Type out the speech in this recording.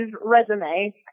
resume